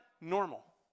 normal